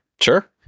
Sure